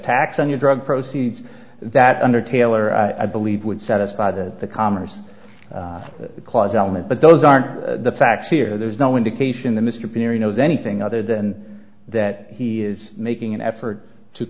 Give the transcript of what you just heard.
tax on your drug proceeds that under taylor i believe would satisfy that the commerce clause element but those are the facts here there's no indication the mr perry knows anything other than that he is making an effort to